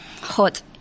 hot